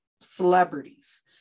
celebrities